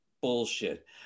bullshit